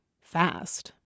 Fast